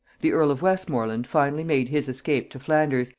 the earl of westmorland finally made his escape to flanders,